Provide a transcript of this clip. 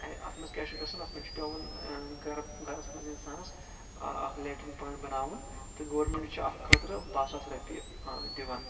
اَتھ منٛز کیاہ چھُ گژھان اَتھ منٛز چھُ پیٚوان گَرس منٛز اِسانَس اکھ لیٹرِن پوینٹ بَناوُن تہٕ گورمینٛٹ چھُ اَتھ خٲطرٕ بہہ ساس رۄپیہِ دِوان